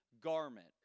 garment